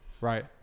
right